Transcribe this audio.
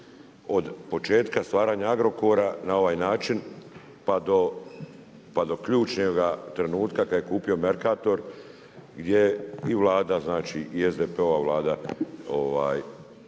od početka stvaranja Agrokora na ovaj način pa do ključnoga trenutka kada je kupio Merkator gdje je vlada znači i SDP-ova vlada